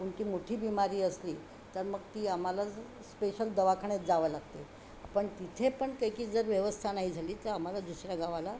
कोणती मोठी बिमारी असली तर मग ती आम्हाला स स्पेशल दवाखान्यात जावं लागते पण तिथे पण त्याची जर व्यवस्था नाही झाली तर आम्हाला दुसऱ्या गावाला